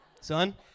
Son